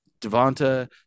Devonta